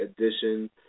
edition